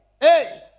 Hey